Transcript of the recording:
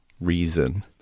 reason